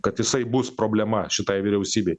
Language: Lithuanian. kad jisai bus problema šitai vyriausybei